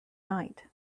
night